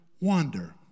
wander